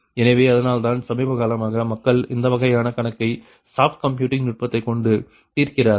எனவே அதனால்தான் சமீபகாலமாக மக்கள் இந்த வகையான கணக்கை சாஃப்ட் கம்ப்யூட்டிங் நுட்பத்தைக் கொண்டு தீர்க்கிறார்கள்